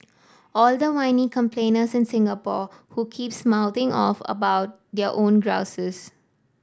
all the whiny complainers in Singapore who keeps mouthing off about their own grouses